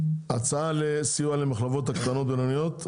הצעה לסיוע למחלבות הקטנות-בינוניות,